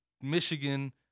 Michigan